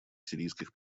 сирийских